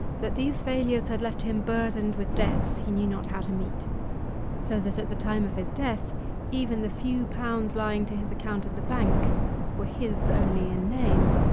that these failures had left him burdened with debts he knew not how to meet so that at the time of his death even the few pounds lying to his account at the bank were his only in name.